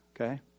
okay